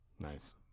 Nice